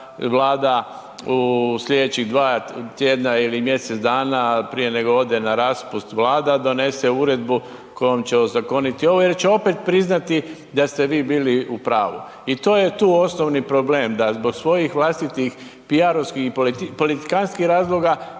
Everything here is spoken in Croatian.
Vlada u slijedećih 2 tj. ili mjesec dana prije nego ode na raspust, Vlada donese uredbu kojom će ozakoniti ovo jer će opet priznati da ste bili u pravu i to je tu osnovni problem da zbog svojih vlastitih PR-ovskih i politikantskih razloga,